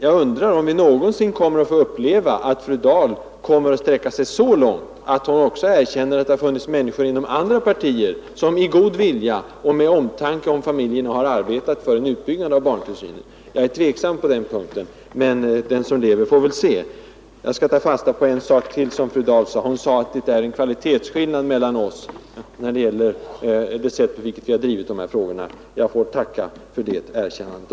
Jag undrar om vi någonsin kommer att få uppleva att fru Dahl sträcker sig så långt att hon också erkänner att det har funnits människor inom andra partier som i god vilja och med omtanke om familjerna har arbetat för en utbyggnad av barntillsynen. Jag är tveksam på den punkten, men den som lever får väl se. Jag skall ta fasta på en sak till som fru Dahl sade, nämligen att det är en kvalitetsskillnad mellan oss när det gäller det sätt på vilket vi har drivit dessa frågor. Jag får tacka även för det erkännandet.